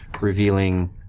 revealing